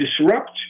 disrupt